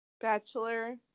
Bachelor